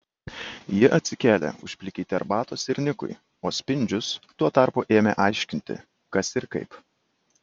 ji atsikėlė užplikyti arbatos ir nikui o spindžius tuo tarpu ėmė aiškinti kas ir kaip